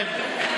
זה ההבדל.